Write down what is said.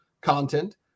content